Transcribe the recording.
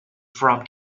from